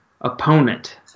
opponent